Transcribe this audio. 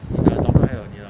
你的 daughter 还有你儿